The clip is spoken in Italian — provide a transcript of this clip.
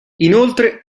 inoltre